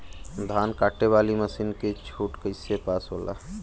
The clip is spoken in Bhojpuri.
धान कांटेवाली मासिन के छूट कईसे पास होला?